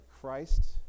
Christ